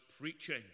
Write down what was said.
preaching